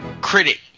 critic